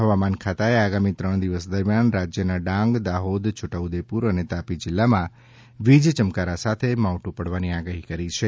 હવામાન ખાતાએ આગામી ત્રણ દિવસ દરમિયાન રાજ્યના ડાંગ દાહોદ છોટા ઉદેપુર અને તાપી જિલ્લાઓમાં વીજ ચમકારા સાથે માવઠં પાડવાની આગાહી કરી છે